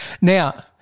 Now